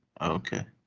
Okay